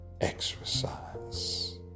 exercise